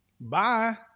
Bye